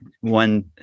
one